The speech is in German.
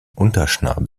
unterschnabel